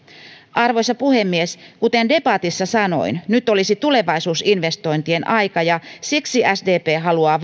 arvoisa puhemies kuten debatissa sanoin nyt olisi tulevaisuusinvestointien aika ja siksi sdp haluaa